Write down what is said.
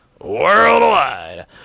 worldwide